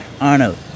Arnold